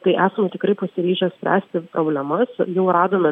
tai esam tikrai pasiryžę spręsti problemas jau radome